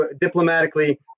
diplomatically